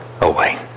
away